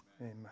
Amen